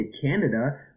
Canada